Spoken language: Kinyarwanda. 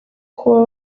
kuba